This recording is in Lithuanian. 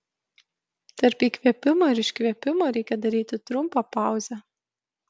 tarp įkvėpimo ir iškvėpimo reikia daryti trumpą pauzę